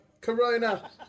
Corona